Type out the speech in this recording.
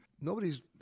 Nobody's